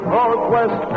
Northwest